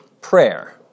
Prayer